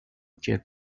jet